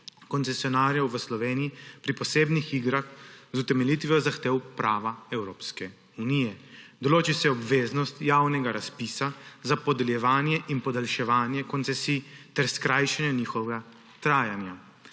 koncesionarjev v Sloveniji pri posebnih igrah z utemeljitvijo zahtev prava Evropske unije; določi se obveznost javnega razpisa za podeljevanje in podaljševanje koncesij ter skrajšanje njihovega trajanja,